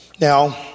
Now